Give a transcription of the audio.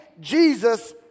Jesus